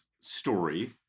story